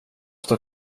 står